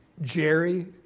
Jerry